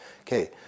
Okay